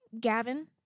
Gavin